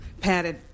padded